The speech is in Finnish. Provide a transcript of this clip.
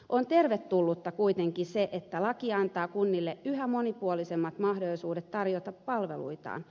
on tervetullutta kuitenkin se että laki antaa kunnille yhä monipuolisemmat mahdollisuudet tarjota palveluitaan